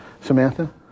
Samantha